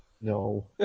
No